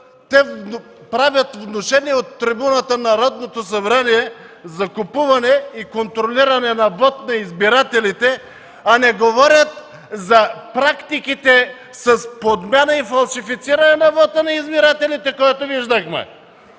те правят внушение от трибуната на Народното събрание за купуване и контролиране на вот на избирателите, а не говорят за практиките с подмяна и фалшифициране на вота на избирателите, който виждахме.